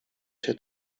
się